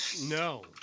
no